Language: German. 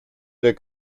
der